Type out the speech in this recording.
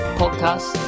podcast